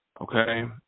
Okay